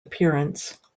appearance